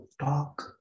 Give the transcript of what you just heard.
talk